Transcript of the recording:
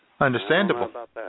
Understandable